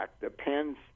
depends